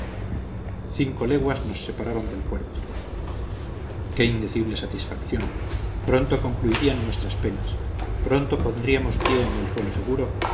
cinco leguas nos separaban del puerto qué indecible satisfacción pronto concluirían nuestras penas pronto pondríamos el pie en suelo seguro